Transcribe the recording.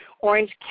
Orange